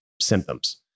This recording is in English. symptoms